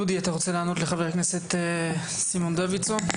דודי, אתה רוצה לענות לחבר הכנסת סימון דוידסון?